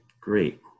great